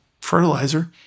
fertilizer